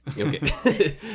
okay